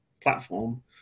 platform